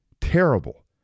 Terrible